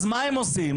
אז מה הם עושים?